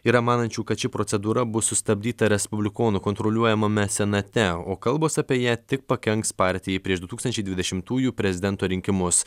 yra manančių kad ši procedūra bus sustabdyta respublikonų kontroliuojamame senate o kalbos apie ją tik pakenks partijai prieš du tūkstančiai dvidešimtųjų prezidento rinkimus